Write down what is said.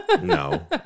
No